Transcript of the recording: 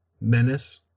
menace